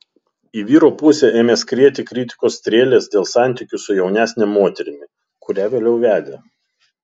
į vyro pusę ėmė skrieti kritikos strėlės dėl santykių su jaunesne moterimi kurią vėliau vedė